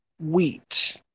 Wheat